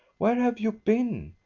where have you been?